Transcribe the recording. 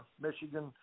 Michigan